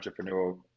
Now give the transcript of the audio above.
entrepreneurial